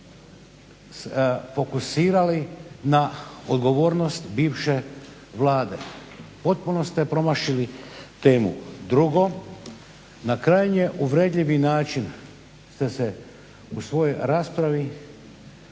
fokusirali na odgovornost bivše Vlade. Potpuno ste promašili temu. Drugo, na krajnje uvredljivi način ste se u svojoj raspravi